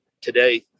today